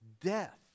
death